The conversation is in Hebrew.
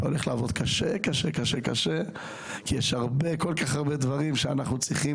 אתה הולך לעבוד מאוד קשה כי יש כל-כך הרבה דברים שאנחנו צריכים